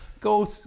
Go